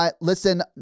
listen